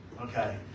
Okay